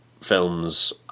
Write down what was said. films